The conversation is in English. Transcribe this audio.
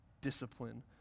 discipline